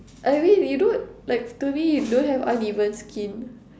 I mean you don't like to me you don't have uneven skin